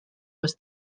was